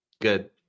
Good